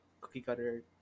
cookie-cutter